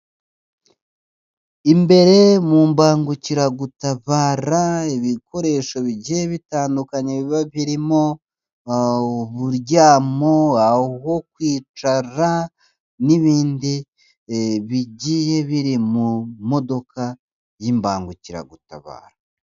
Imbere mu mbangukiragutabara, ibikoresho bigiye bitandukanye biba birimo, uburyamo, aho kwicara n'ibindi bigiye biri mu modoka y'imbangukiragutabara.